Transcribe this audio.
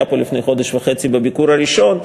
הוא היה פה לפני חודש וחצי בביקור הראשון.